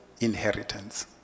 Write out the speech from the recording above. inheritance